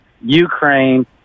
Ukraine